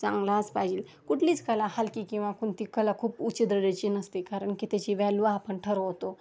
चांगलाच पाहिजे कुठलीच कला हलकी किंवा कोणती कला खूप उच्च दर्जाची नसते कारण की त्याची वॅलू आपण ठरवतो